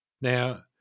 Now